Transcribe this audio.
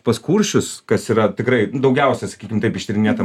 pas kuršius kas yra tikrai nu daugiausia sakykim taip ištyrinėta